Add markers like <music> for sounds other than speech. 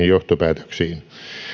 <unintelligible> johtopäätöksiin